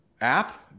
app